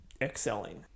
excelling